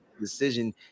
Decision